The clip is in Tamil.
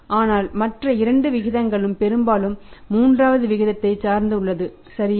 ஆனால் மற்ற இரண்டு விகிதங்களும் பெரும்பாலும் மூன்றாவது விகிதத்தை சார்ந்து உள்ளது சரியா